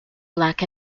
black